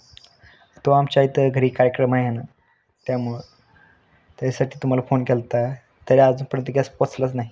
तो आमच्या इथं घरी कार्यक्रम आहे ना त्यामुळं त्याच्यासाठी तुम्हाला फोन केला होता तरी अजूनपर्यंत गॅस पोचलाच नाही